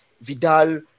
Vidal